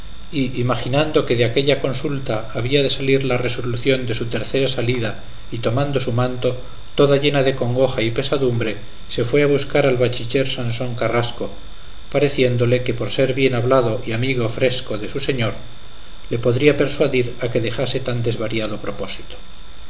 imaginando que de aquella consulta había de salir la resolución de su tercera salida y tomando su manto toda llena de congoja y pesadumbre se fue a buscar al bachiller sansón carrasco pareciéndole que por ser bien hablado y amigo fresco de su señor le podría persuadir a que dejase tan desvariado propósito